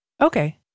Okay